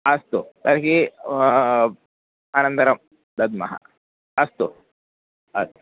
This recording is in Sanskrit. अस्तु तर्हि अनन्तरं दद्मः अस्तु अस्तु